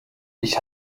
ich